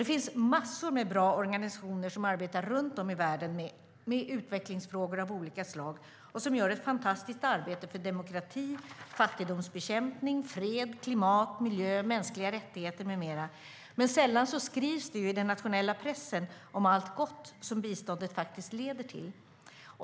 Det finns massor av bra organisationer som arbetar runt om i världen med utvecklingsfrågor av olika slag och som gör ett fantastiskt arbete för demokrati, fattigdomsbekämpning, fred, klimat, miljö, mänskliga rättigheter med mera, men sällan skrivs det i den nationella pressen om allt gott som biståndet faktiskt leder till.